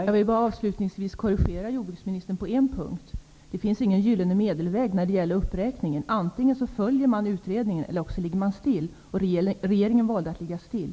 Herr talman! Avslutningsvis vill jag korrigera jordbruksministern på en punkt. Det finns ingen gyllene medelväg när det gäller uppräkningen. Antingen följer man utredningen, eller så ligger man still. Regeringen valde att ligga still.